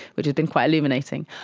which has been quite illuminating.